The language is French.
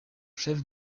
chef